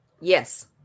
Yes